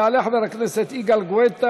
יעלה חבר הכנסת יגאל גואטה,